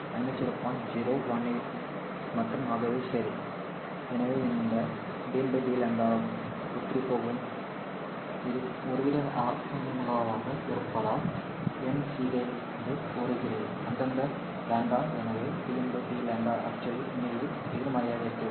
018 மற்றும் ஆகவே சரி எனவே இந்த dn d λ எப்படிப் போகும் இது ஒருவித அர்த்தமுள்ளதாக இருப்பதால் n சிதைந்து வருகிறது அந்தந்த λ எனவே dn d actually உண்மையில் எதிர்மறையாக இருக்க வேண்டும்